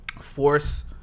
force